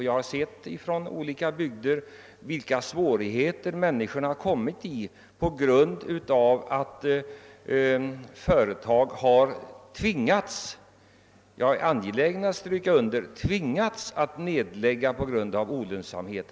Jag har i olika bygder sett vilka svårigheter människor kommit i på grund av att företag har tvingats — jag är angelägen om att stryka under ordet tvingats — att lägga ned på grund av olönsamhet.